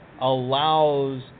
allows